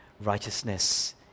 righteousness